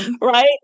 Right